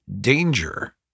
danger